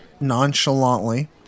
nonchalantly